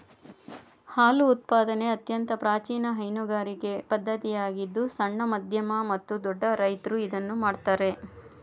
ಹಾಲು ಉತ್ಪಾದನೆ ಅತ್ಯಂತ ಪ್ರಾಚೀನ ಹೈನುಗಾರಿಕೆ ಪದ್ಧತಿಯಾಗಿದ್ದು ಸಣ್ಣ, ಮಧ್ಯಮ ಮತ್ತು ದೊಡ್ಡ ರೈತ್ರು ಇದನ್ನು ಮಾಡ್ತರೆ